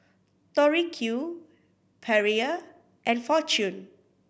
Tori Q Perrier and Fortune